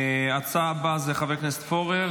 ההצעה הבאה זה חבר הכנסת פורר,